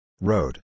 Road